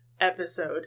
episode